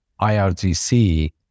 IRGC